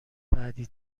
بعدی